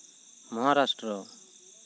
Maharashtra